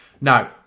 now